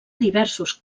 diversos